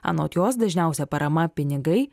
anot jos dažniausia parama pinigai